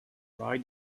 try